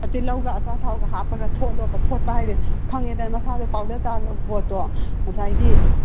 ꯇꯤꯜꯍꯧꯒ ꯑꯆꯥ ꯊꯥꯎꯒ ꯍꯥꯞꯄꯒ ꯊꯣꯠꯂꯣꯕ ꯊꯣꯠꯄ ꯍꯥꯏꯁꯦ ꯈꯪꯉꯦꯗꯅ ꯃꯁꯥꯗꯨ ꯄꯥꯎꯗꯔ ꯇꯥꯈ꯭ꯔꯕ ꯄꯣꯠꯇꯣ ꯉꯁꯥꯏꯒꯤ